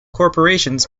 corporations